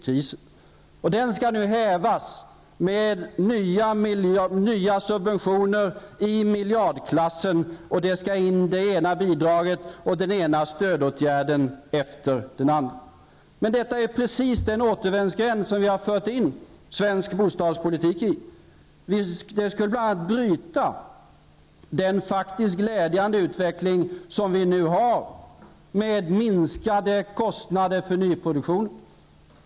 Krisen skall nu hävas med hjälp av nya subventioner i miljardklassen. Det ena bidraget och stödåtgärden efter den andra skall sättas in. Men det är precis den återvändsgränd som socialdemokraterna har fört svensk bostadspolitik in i. Sådana åtgärder skulle bryta den faktiskt glädjande utveckling som nu finns med minskade kostnader för nyproduktionen.